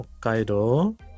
Hokkaido